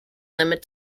limit